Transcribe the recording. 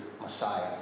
Messiah